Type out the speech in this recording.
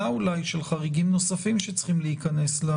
של חריגים נוספים שצריכים להיכנס?